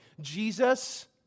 Jesus